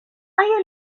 آیا